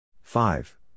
five